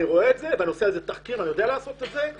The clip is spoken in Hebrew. אני עושה תחקיר ואני יודע לעשות את זה.